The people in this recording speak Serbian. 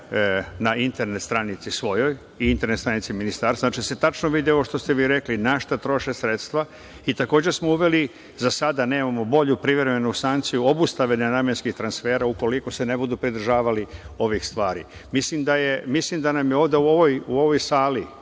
na internet stranici svojoj i internet stranici ministarstva. Znači, da se tačno vidi ovo što ste vi rekli, na šta troše sredstva i takođe smo uveli, za sada nemamo bolju privremenu sankciju, obustave nenamenskih transfera, ukoliko se ne budu pridržavali ovih stvari. Mislim da ovde, u ovoj sali,